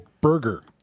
burger